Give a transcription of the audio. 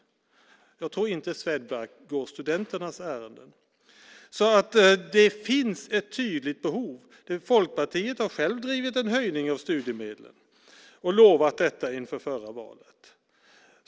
Jag tror inte att Swedbank går studenternas ärenden. Det finns alltså ett tydligt behov. Folkpartiet har självt drivit en höjning av studiemedlen och lovat detta inför förra valet.